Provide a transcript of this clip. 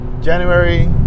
january